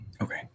Okay